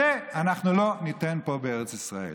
את זה אנחנו לא ניתן פה בארץ ישראל.